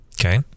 Okay